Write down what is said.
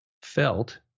felt